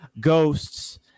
ghosts